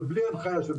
ובלי הנחייה.